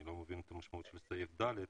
אני לא מבין את המשמעות של סעיף (ד).